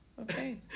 Okay